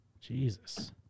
Jesus